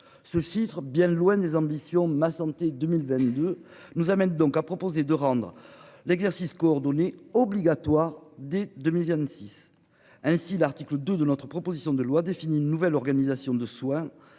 Ce chiffre, bien loin des ambitions ma santé 2022 nous amènent donc à proposer de rendre l'exercice coordonné obligatoire dès 2026. Ainsi l'article 2 de notre proposition de loi défini une nouvelle organisation de soins